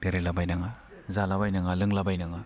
बेरायला बायनाङा जाला बायनाङा लोंला बायनाङा